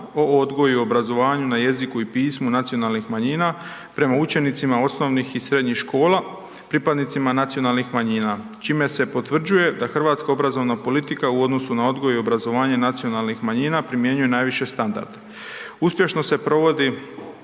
hrvatska obrazovna politika u odnosu na odgoj i obrazovanje nacionalnih manjina primjenjuje najviši standarde.